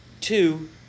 Two